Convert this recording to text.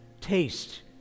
taste